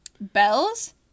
Bells